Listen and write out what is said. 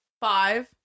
five